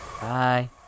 Bye